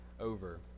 over